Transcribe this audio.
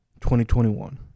2021